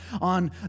on